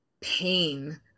pain